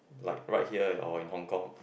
like right here or in Hong-Kong